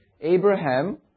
Abraham